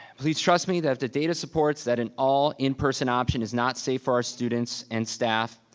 please trust me that if the data supports that an all in-person option is not safe for our students and staff,